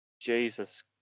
Jesus